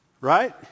Right